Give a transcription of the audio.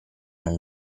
non